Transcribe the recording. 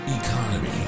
economy